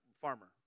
farmer